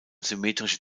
symmetrische